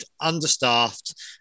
understaffed